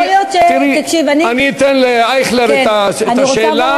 אני אתן לאייכלר את רשות השאלה,